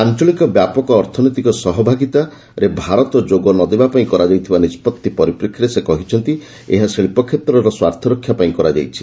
ଆଞ୍ଚଳିକ ବ୍ୟାପକ ଅର୍ଥନୈତିକ ସହଭାଗିତା ଆର୍ସିଇପିରେ ଭାରତ ଯୋଗ ନଦେବା ପାଇଁ କରାଯାଇଥିବା ନିଷ୍କଭି ପରିପ୍ରେକ୍ଷୀରେ ସେ କହିଛନ୍ତି ଯେ ଏହା ଶିଳ୍ପ କ୍ଷେତ୍ର ସ୍ୱାର୍ଥ ରକ୍ଷା ପାଇଁ କରାଯାଇଛି